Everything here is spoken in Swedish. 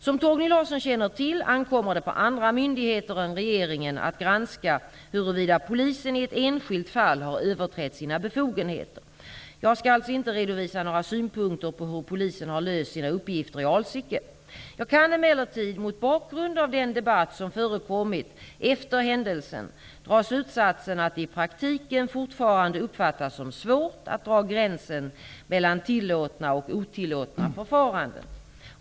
Som Torgny Larsson känner till ankommer det på andra myndigheter än regeringen att granska huruvida polisen i ett enskilt fall har överträtt sina befogenheter. Jag skall alltså inte redovisa några synpunkter på hur polisen har löst sina uppgifter i Alsike. Jag kan emellertid mot bakgrund av den debatt som förekommit efter händelsen dra slutsatsen att det i praktiken fortfarande uppfattas som svårt att dra gränsen mellan tillåtna och otillåtna förfaranden.